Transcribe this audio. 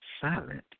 silent